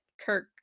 Kirk